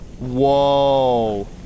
Whoa